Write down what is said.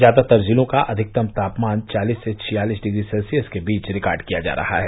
ज्यातर जिलों का अधिकतम तापमान चालिस से छियालिस डिग्री सेल्सियस के बीच रिकार्ड किया जा रहा है